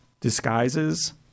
disguises